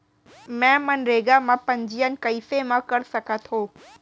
मैं मनरेगा म पंजीयन कैसे म कर सकत हो?